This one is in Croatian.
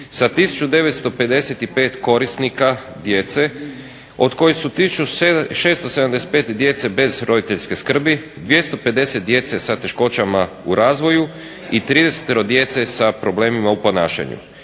sa 1955 korisnika djece od kojih su 1675 djece bez roditeljske skrbi, 250 djece sa teškoćama u razvoju i 30-ero djece sa problemima u ponašanju.